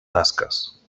tasques